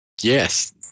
yes